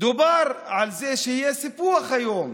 דובר על זה שיהיה סיפוח היום,